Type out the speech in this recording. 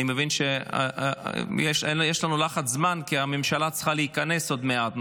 אני מבין שיש לנו לחץ זמן כי הממשלה צריכה להתכנס עוד מעט,